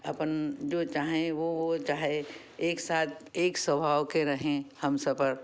अपन जो चाहें वो वो चाहे एक साथ एक स्वभाव के रहें हमसफ़र